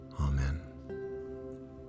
Amen